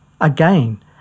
again